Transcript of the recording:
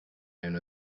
known